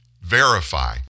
verify